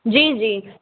जी जी